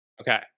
Okay